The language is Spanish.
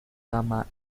cama